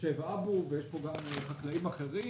יושב פה אבו וילן וגם חקלאים אחרים